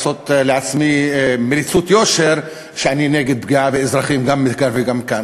לעשות לעצמי מליצות יושר שאני נגד פגיעה באזרחים גם מכאן וגם כאן.